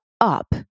up